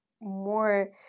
more